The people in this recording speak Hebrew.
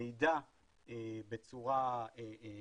מידע בצורה שהיא